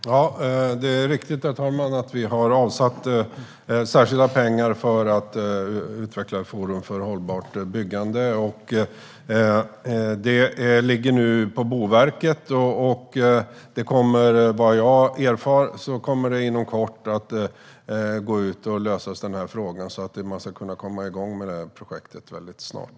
Herr talman! Det är riktigt att vi har avsatt särskilda pengar för att utveckla ett forum för hållbart byggande. Det ligger nu på Boverket. Enligt vad jag har erfarit kommer denna fråga att lösas inom kort, så att man väldigt snart ska kunna komma igång med detta projekt.